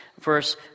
verse